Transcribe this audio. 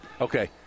okay